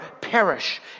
perish